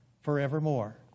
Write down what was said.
forevermore